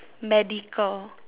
medical